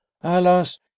Alas